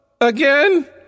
again